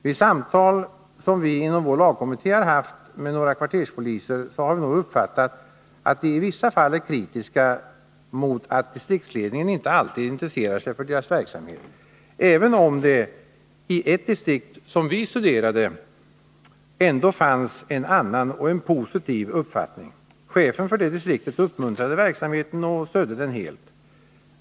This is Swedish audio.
Vid samtal som vi inom vår lagkommitté har haft med några kvarterspoliser, har vi nog uppfattat att de i vissa fall är kritiska mot att distriktsledningen inte alltid intresserar sig för deras verksamhet — även om det i ett distrikt som vi studerade fanns en annan och positiv uppfattning. Chefen för det distriktet uppmuntrade verksamheten och stödde den helt.